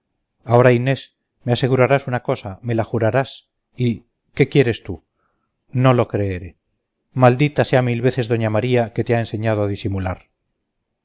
ahora inés me asegurarás una cosa me la jurarás y qué quieres tú no lo creeré maldita sea mil veces doña maría que te ha enseñado a disimular